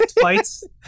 fights